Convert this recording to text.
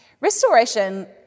Restoration